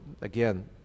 again